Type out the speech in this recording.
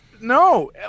No